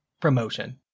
promotion